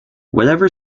whatever